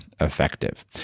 effective